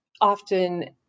often